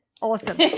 Awesome